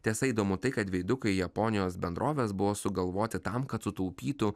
tiesa įdomu tai kad veidukai japonijos bendrovės buvo sugalvoti tam kad sutaupytų